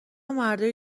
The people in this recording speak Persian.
مردای